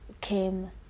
came